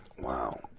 Wow